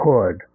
Hood